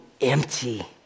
empty